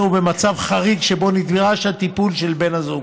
ובמצב חריג שבו נדרש הטיפול של בן הזוג.